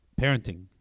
parenting